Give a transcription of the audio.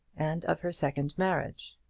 and of her second marriage.